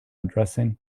addressing